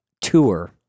tour